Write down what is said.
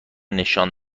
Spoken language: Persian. نشان